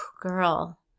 Girl